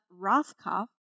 Rothkopf